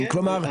כלומר,